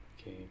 Okay